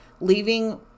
leaving